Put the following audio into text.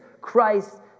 Christ